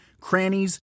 crannies